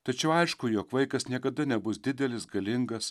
tačiau aišku jog vaikas niekada nebus didelis galingas